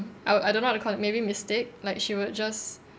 I would I don't know how to call it maybe mistake like she would just